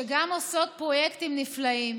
שגם עושות פרויקטים נפלאים